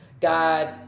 god